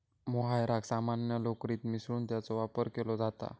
मोहायराक सामान्य लोकरीत मिसळून त्याचो वापर केलो जाता